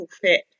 fit